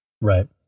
Right